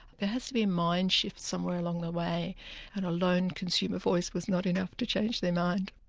there has to be a mind-shift somewhere along the way and a lone consumer voice was not enough to change their mind.